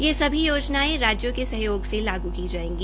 ये सभी योजनाएं राज्यों के सहयोग से लागू की जायेंगी